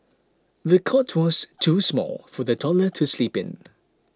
the cot was too small for the toddler to sleep in